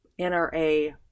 NRA